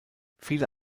viele